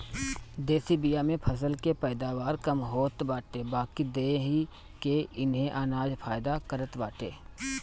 देशी बिया से फसल के पैदावार कम होत बाटे बाकी देहि के इहे अनाज फायदा करत बाटे